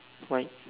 white